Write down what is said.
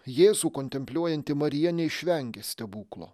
jėzų kontempliuojanti marija neišvengė stebuklo